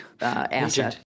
asset